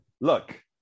Look